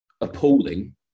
appalling